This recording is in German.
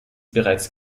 bereits